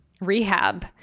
rehab